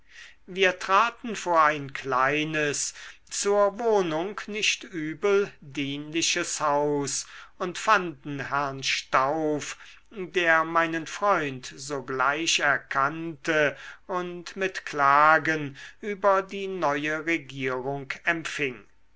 wir traten vor ein kleines zur wohnung nicht übel dienliches haus und fanden herrn stauf der meinen freund sogleich erkannte und mit klagen über die neue regierung empfing